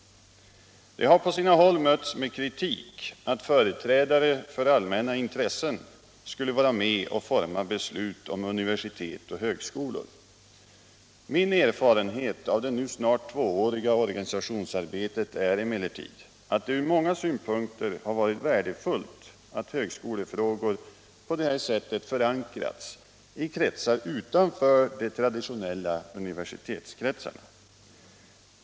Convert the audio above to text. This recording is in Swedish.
Det har på sina håll mötts med kritik att företrädare för allmänna intressen skulle vara med och forma beslut om universitet och högskolor. Min erfarenhet av det nu snart tvååriga organisationsarbetet är emellertid att det från många synpunkter har varit värdefullt att högskolefrågor på detta sätt förankrats i kretsar utanför de traditionella universitetskretsarna.